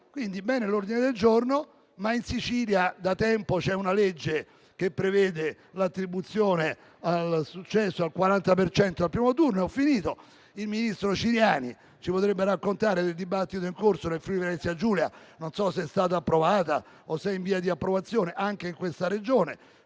questo, bene l'ordine del giorno, ma in Sicilia da tempo c'è una legge che prevede l'attribuzione e il successo al 40 per cento al primo turno. Il ministro Ciriani ci potrebbe raccontare del dibattito in corso nel Friuli-Venezia Giulia. Non so se è stata approvata o se è in via di approvazione anche in questa Regione